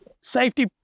safety